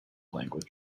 language